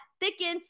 thickens